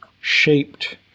shaped